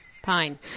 pine